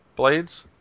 Blades